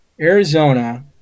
Arizona